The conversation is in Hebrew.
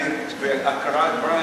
והקראת דברי,